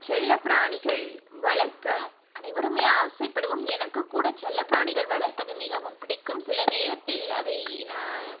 செல்லப்பிராணிகள் வளர்க்க அனைவரும் ஆசைப்படுவோம் எனக்கு கூட செல்லப்பிராணிகள் வளர்ப்பது மிகவும் பிடிக்கும் சில நேரத்தில் அதை நான்